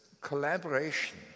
collaboration